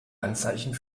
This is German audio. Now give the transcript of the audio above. anzeichen